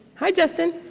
hi justin.